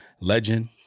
legend